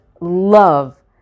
love